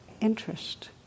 Interest